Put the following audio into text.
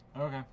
Okay